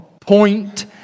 point